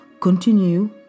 Continue